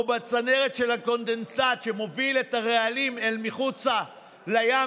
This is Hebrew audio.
בצנרת של הקונדנסט שמוביל את הרעלים אל מחוצה לים,